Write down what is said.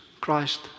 Christ